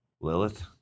Lilith